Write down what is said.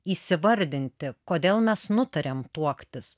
įsivardinti kodėl mes nutarėm tuoktis